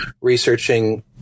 researching